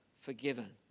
forgiven